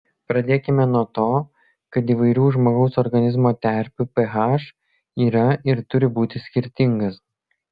pradėkime nuo to kad įvairių žmogaus organizmo terpių ph yra ir turi būti skirtingas